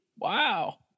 wow